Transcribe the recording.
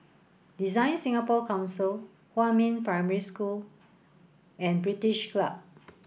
Design Singapore Council Huamin Primary School and British Club